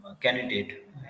candidate